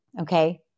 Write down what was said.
Okay